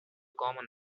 common